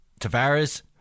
Tavares